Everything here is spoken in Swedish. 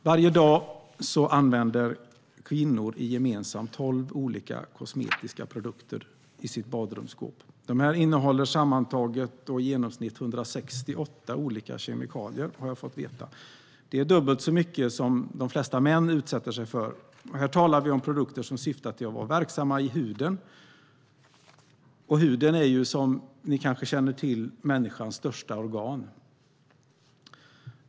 Varje dag använder kvinnor i genomsnitt tolv olika kosmetiska produkter i sitt badrumsskåp. De innehåller sammantaget och i genomsnitt 168 olika kemikalier, har jag fått veta. Det är dubbelt så mycket som de flesta män utsätter sig för. Här talar vi om produkter som syftar till att vara verksamma i huden. Huden är, som ni kanske känner till, människans största organ.